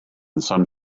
some